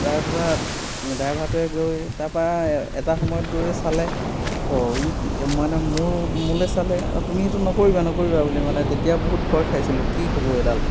তাৰপৰা ড্ৰাইভাৰটোৱে গৈ তাৰপৰা এটা সময়ত গৈ চালে অ' ই মানে মোৰ মোলৈ চালে অ' তুমি এইটো নকৰিবা নকৰিবা বুলি মানে তেতিয়া বহুত ভয় খাইছিলোঁ কি হ'ব এইডাল